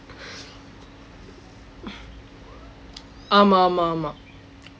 ஆமாம் ஆமாம் ஆமாம்:aamaam aamaam aamaam